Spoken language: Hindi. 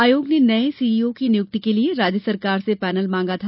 आयोग ने नये सीईओ की नियुक्ति के लिए राज्य सरकार से पैनल मांगा था